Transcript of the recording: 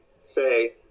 say